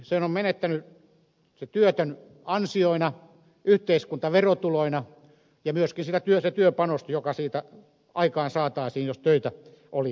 sen on menettänyt se työtön ansioina yhteiskunta verotuloina ja myöskin on menetetty se työpanos joka siitä työstä aikaansaataisiin jos töitä olisi tarjolla